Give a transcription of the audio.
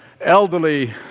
elderly